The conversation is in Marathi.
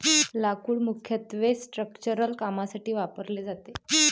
लाकूड मुख्यत्वे स्ट्रक्चरल कामांसाठी वापरले जाते